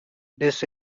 this